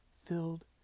filled